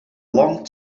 long